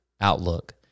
outlook